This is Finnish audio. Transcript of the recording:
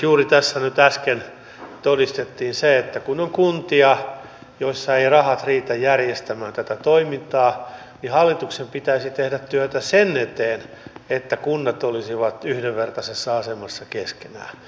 juuri tässä nyt äsken todistettiin se että kun on kuntia joissa eivät rahat riitä tämän toiminnan järjestämiseen niin hallituksen pitäisi tehdä työtä sen eteen että kunnat olisivat yhdenvertaisessa asemassa keskenään